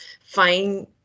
fine